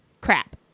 Crap